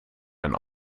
ein